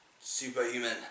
Superhuman